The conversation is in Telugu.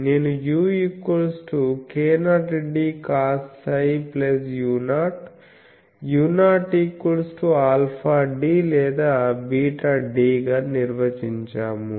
మేము u k0dcosψu0 u0αd లేదా βd గా నిర్వచించాము